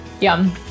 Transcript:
Yum